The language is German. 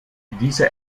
diese